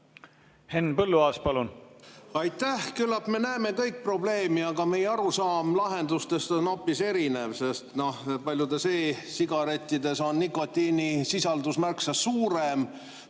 Henn Põlluaas, palun! Aitäh! Küllap me näeme kõik probleemi, aga meie arusaam lahendustest on hoopis erinev, sest paljudes e-sigarettides on nikotiinisisaldus märksa suurem.